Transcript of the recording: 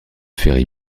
ferry